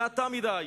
היתה מעטה מדי.